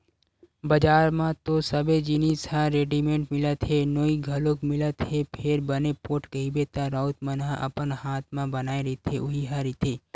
बजार म तो सबे जिनिस ह रेडिमेंट मिलत हे नोई घलोक मिलत हे फेर बने पोठ कहिबे त राउत मन ह अपन हात म बनाए रहिथे उही ह रहिथे